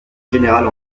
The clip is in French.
générale